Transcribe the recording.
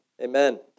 Amen